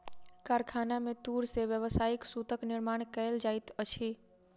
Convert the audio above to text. कारखाना में तूर से व्यावसायिक सूतक निर्माण कयल जाइत अछि